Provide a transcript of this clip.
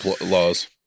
laws